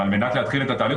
אז למה לא להוריד את זה?